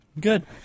Good